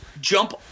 Jump